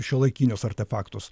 šiuolaikinius artefaktus